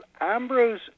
Ambrose